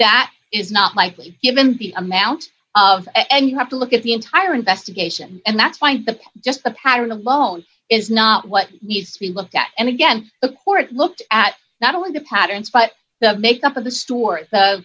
that is not likely given the amount of and you have to look at the entire investigation and that's fine but just the pattern alone is not what needs to be looked at and again the court looked at not only the patterns but the makeup of the store